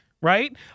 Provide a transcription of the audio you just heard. Right